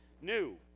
new